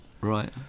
right